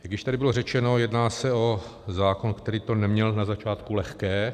Jak již tady bylo řečeno, jedná se o zákon, který to neměl na začátku lehké.